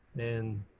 and